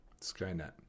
Skynet